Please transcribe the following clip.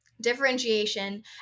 differentiation